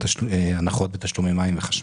הנחות בתשלומי מים וחשמל.